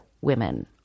women